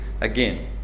again